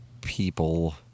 people